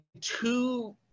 two